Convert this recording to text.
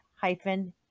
hyphen